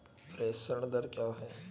प्रेषण दर क्या है?